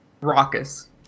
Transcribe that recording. Raucous